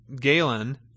Galen